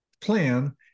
plan